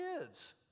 kids